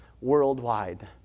worldwide